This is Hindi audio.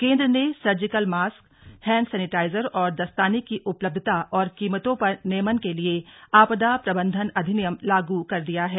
केन्द्र ने सर्जिकल मास्क हैण्ड सैनिटाइजर और दस्ताने की उपलब्धता और कीमतों पर नियमन के लिए आपदा प्रबंधन अधिनियम लागू कर दिया है